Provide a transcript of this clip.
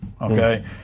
okay